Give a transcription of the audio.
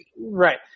Right